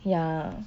ya